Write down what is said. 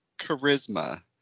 charisma